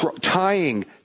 tying